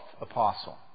apostle